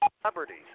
celebrities